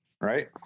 Right